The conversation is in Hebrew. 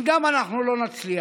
אם גם אנחנו לא נצליח,